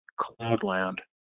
Cloudland